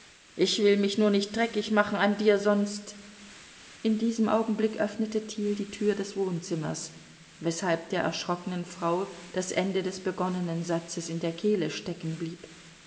ich will mich nur nicht dreckig machen an dir sonst in diesem augenblick öffnete thiel die tür des wohnzimmers weshalb der erschrockenen frau das ende des begonnenen satzes in der kehle